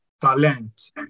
talent